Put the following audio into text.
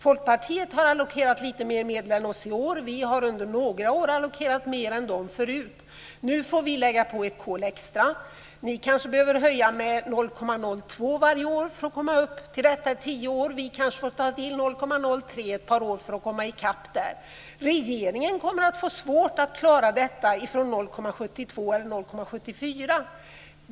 Folkpartiet har allokerat lite mer medel än vi i år. Vi har under några år tidigare allokerat mer än Folkpartiet. Nu får vi lägga på ett kol extra. Folkpartiet behöver kanske höja med 0,02 varje år för att komma upp till 1 % på tio år. Vi får kanske ta till 0,03 ett par år för att komma i kapp. Regeringen kommer att få svårt att klara detta från 0,74.